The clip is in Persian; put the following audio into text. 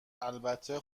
البته